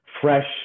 fresh